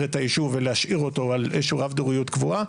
את היישוב ולהשאיר אותו על איזה שהיא רב דוריות קבועה,